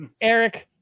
Eric